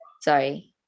Sorry